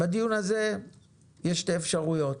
בדיון הזה יש שתי אפשרויות: